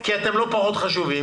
כי אתם לא פחות חשובים.